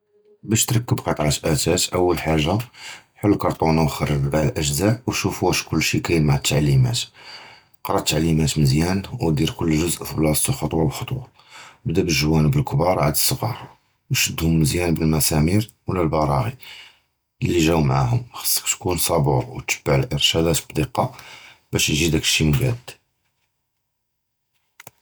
בַּאש תְּרַכֵּב קְטַעַת אָטָּאט, אֻלָּא חַוָּאגָה חַל לְקַרְטוֹנָה, וּכְרוֹג אַגַּע אֻלְחַ'צְ'א, וְשֻּوف וֵש כְּלַש מַע מַעְלֻוּמָאת, קְרָא אִיְרְשָּ׊ת מְזִיַּאן, וְדִּיר כְּל קְטַע בְּבְלַאסְתוּ חְכוּרָה בְּחֻטְוָּה, בְּדַּא בְּגֻ'וָנַאת לְכְּבָּר עָד סְגַאר, וְשַדְּהוּם מְזִיַּאן בַּמְסַמִיר אוֹ לַבְּרָאגִ'י, לְגַ'אוּ עִמְהוּם, חְסְכְּך תְּהְכוּן וְתַבַּע לְאִיְרְשָּאת בְּדִּקָּה, בַּאש יִגִ'י דַּאלָּכ שִׁי מְקַד.